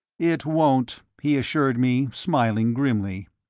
it won't, he assured me, smiling grimly.